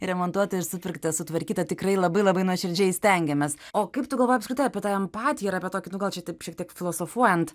remontuota ir supirkta sutvarkyta tikrai labai labai nuoširdžiai stengiamės o kaip tu galvoji apskritai apie tą empatiją ir apie tokį nu gal čia taip šiek tiek filosofuojant